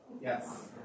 Yes